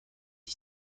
ich